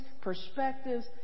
perspectives